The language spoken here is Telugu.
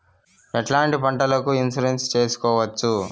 ఎట్లాంటి పంటలకు ఇన్సూరెన్సు చేసుకోవచ్చు?